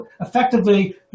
effectively